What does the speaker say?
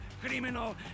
criminal